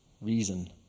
reason